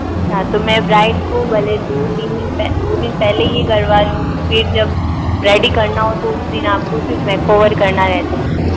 अच्छा तो मैं ब्राइड को भले दो तीन दिन पहले दो दिन पहले ही करवा लूँ फिर जब रेडी करना हो तो उस दिन आपको सिर्फ मेकओवर करना रह जाएगा